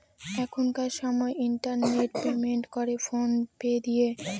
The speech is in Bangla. এখনকার সময় ইন্টারনেট পেমেন্ট করে ফোন পে দিয়ে